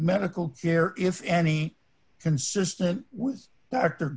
medical care if any consistent with